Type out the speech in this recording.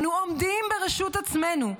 אנו עומדים ברשות עצמנו,